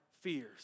fears